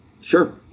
Sure